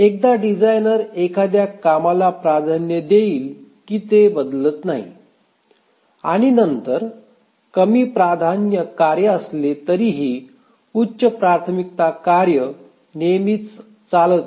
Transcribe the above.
एकदा डिझाइनर एखाद्या कामाला प्राधान्य देईल की ते बदलत नाही आणि नंतर कमी प्राधान्य कार्ये असली तरीही उच्च प्राथमिकता कार्य नेहमीच चालते